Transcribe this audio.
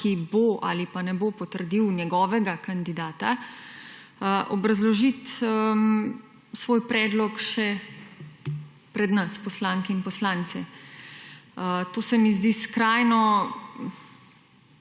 ki bo ali pa ne bo potrdil njegovega kandidata, obrazložiti svoj predlog še pred nas poslanke in poslance. To se mi zdi skrajno